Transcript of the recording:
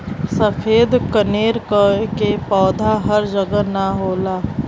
सफ़ेद कनेर के पौधा हर जगह ना होला